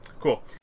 Cool